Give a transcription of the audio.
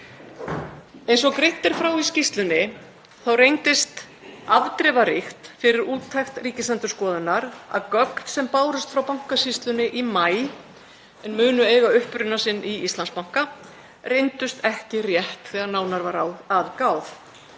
Eins og greint er frá í skýrslunni reyndist afdrifaríkt fyrir úttekt Ríkisendurskoðunar að gögn sem bárust frá Bankasýslunni í maí, en munu eiga uppruna sinn í Íslandsbanka, reyndust ekki rétt þegar nánar var að gáð.